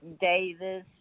Davis